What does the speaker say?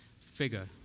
figure